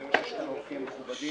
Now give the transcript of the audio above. אני רואה שיש לנו אורחים מכובדים.